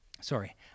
Sorry